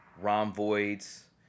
rhomboids